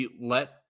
let